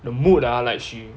the mood ah like she